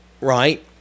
right